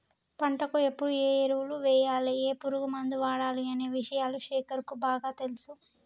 పంటకు ఎప్పుడు ఏ ఎరువులు వేయాలి ఏ పురుగు మందు వాడాలి అనే విషయాలు శేఖర్ కు బాగా తెలుసు